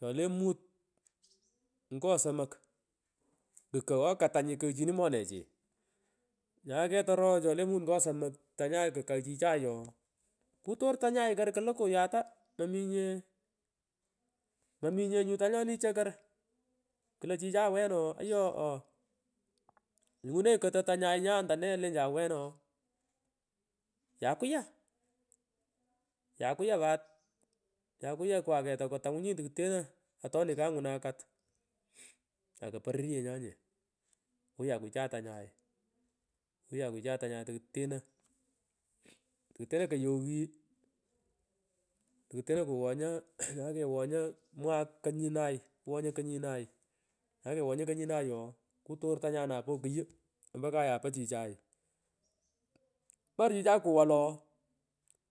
Chole mut ngo somok kukoghoy katanyi koghchini morechi nyae ket oro chole mut ngo somok tanyay kukagh chichay ooh kutor tanyay kor klukuyata mominye ngalan pich mominye nyu tanyoni cho kor klo chichay weno ooh ayo oo ngunenyi rotoy tanyay nya ondo nee lenchan weno yakuya ngalan pich yakuya pat yakuya kwaket tokuteno atoni kangunan akat ako pororyenyan nye kuyakwa chichay tanyay kuyakwou chichay tanyay tokuteno ngututa ngilan to kuteno koyoyi toku teno kowonyo nyini kowonyo mwaki konyinay inyini kowonyo konyinay ooh kutor tanyay napo kuyu ompo kayay po chichay mar chichay kuwa lo